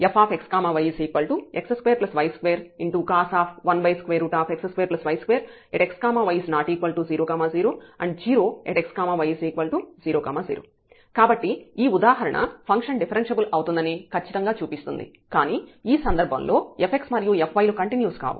fxyx2y2cos 1x2y2 xy00 0xy00 కాబట్టి ఈ ఉదాహరణ ఫంక్షన్ డిఫరెన్ష్యబుల్ అవుతుందని ఖచ్చితంగా చూపిస్తుంది కానీ ఈ సందర్భంలో fx మరియు fy లు కంటిన్యూస్ కావు